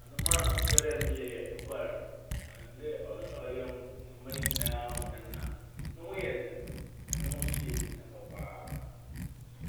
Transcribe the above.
Anoma a mepɛ dɛ meyɛ yɛ ekɔr. Ɔnam dɛ ɔno na ɔyɛ nnoma nyinaa hɔn na. No ho yɛ dzen na no ho so yɛ enyika papaapa.